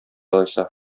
алайса